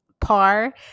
par